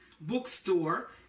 bookstore